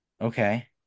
Okay